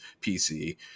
PC